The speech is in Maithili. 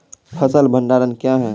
फसल भंडारण क्या हैं?